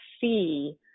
see